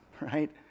right